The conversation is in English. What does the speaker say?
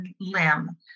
limb